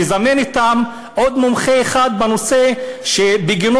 לזמן אתם עוד מומחה אחד בנושא שבגינו